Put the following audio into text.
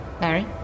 Mary